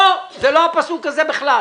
לא, זה לא הפסוק הזה בכלל.